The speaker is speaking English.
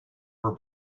her